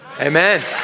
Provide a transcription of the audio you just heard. Amen